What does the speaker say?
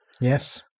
Yes